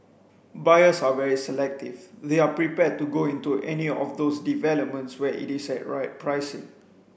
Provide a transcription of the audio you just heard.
buyers are very selective they are prepared to go into any of those developments where it is at right pricing